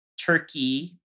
turkey